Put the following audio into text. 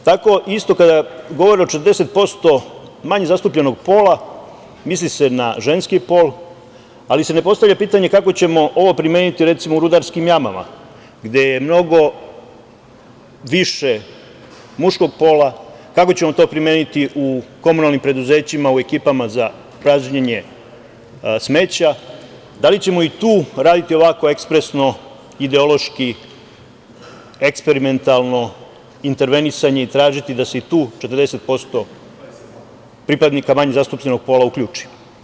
Isto tako, kada govore o 40% manje zastupljenog pola, misli se na ženski pol, ali se ne postavlja pitanje kako ćemo ovo primeniti, recimo, u rudarskim jamama, gde je mnogo više muškog pola, kako ćemo to primeniti u komunalnim preduzećima u ekipama za pražnjenje smeća, da li ćemo i tu raditi ovako ekspresno, ideološki, eksperimentalno intervenisanje i tražiti da se i tu 40% pripadnika manje zastupljenog pola uključi.